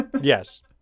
Yes